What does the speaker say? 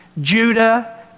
Judah